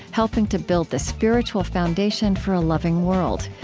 helping to build the spiritual foundation for a loving world.